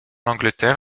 angleterre